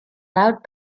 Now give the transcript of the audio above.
loud